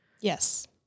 Yes